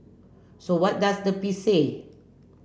so what does the piece say